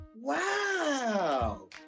Wow